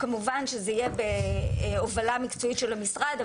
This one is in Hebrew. כמובן שזה יהיה בהובלה מקצועית של המשרד,